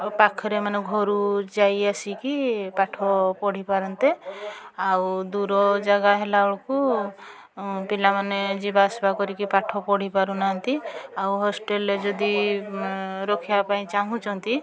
ଆଉ ପାଖରେ ମାନେ ଘରୁ ଯାଇ ଆସିକି ପାଠ ପଢ଼ିପାରନ୍ତେ ଆଉ ଦୂର ଜାଗା ହେଲାବେଳକୁ ପିଲାମାନେ ଯିବା ଆସିବା କରିକି ପାଠ ପଢ଼ି ପାରୁନାହାନ୍ତି ଆଉ ହଷ୍ଟେଲରେ ଯଦି ରଖିବା ପାଇଁ ଚାହୁଁଛନ୍ତି